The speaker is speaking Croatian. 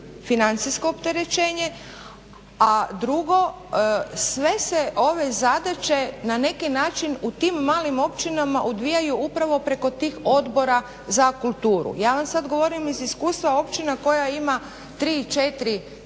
financijsko opterećenje a drugo sve se ove zadaće na neki način u tim malim općinama odvijaju upravo preko tih odbora za kulturu. Ja vam sad govorim iz iskustva općina koja ima tri,